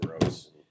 gross